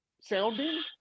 sounding